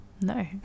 no